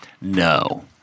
No